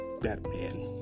Batman